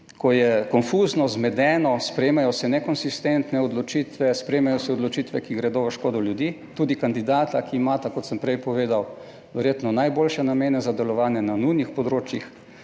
ko je konfuzno zmedeno, sprejemajo se nekonsistentne odločitve, sprejemajo se odločitve, ki gredo v škodo ljudi, tudi kandidata, ki imata, kot sem prej povedal, verjetno najboljše namene za delovanje na nujnih področjih.